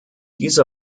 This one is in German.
dieser